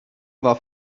war